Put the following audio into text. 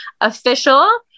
official